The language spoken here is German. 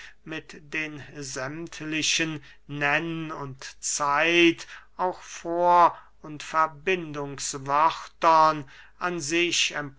mit den sämmtlichen nenn und zeit auch vor und verbindungswörtern an sich